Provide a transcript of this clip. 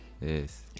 Yes